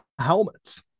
helmets